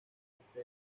este